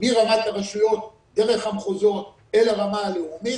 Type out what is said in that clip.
מרמת הרשויות דרך המחוזות אל הרמה הלאומית,